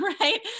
Right